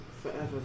forever